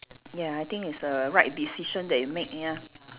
ya I think it's a right decision that you make ya